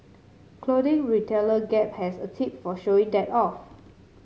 clothing retailer Gap has a tip for showing that off